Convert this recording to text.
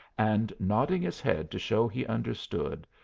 and, nodding his head to show he understood,